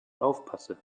aufpasse